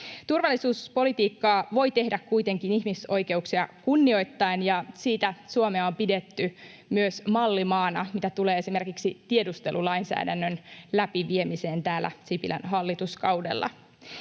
Turvallisuuspolitiikkaa voi tehdä kuitenkin ihmisoikeuksia kunnioittaen, ja siinä Suomea on pidetty myös mallimaana, mitä tulee esimerkiksi tiedustelulainsäädännön läpiviemiseen täällä Sipilän hallituskaudella.